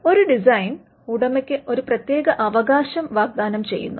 ഒരു ഡിസൈൻ ഉടമയ്ക്ക് ഒരു പ്രത്യേക അവകാശം വാഗ്ദാനം ചെയ്യുന്നു